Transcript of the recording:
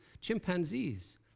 chimpanzees